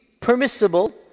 permissible